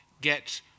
get